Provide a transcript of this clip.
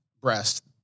breast